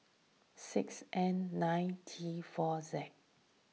six N nine T four Z